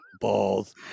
balls